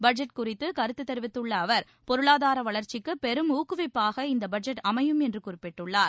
budget குறித்து கருத்து தெரிவித்துள்ள அவர் பொருளாதார வளர்ச்சிக்கு பெரும் ஊக்குவிப்பாக இந்த பட்ஜெட் அமையும் என்று குறிப்பிட்டுள்ளார்